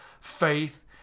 faith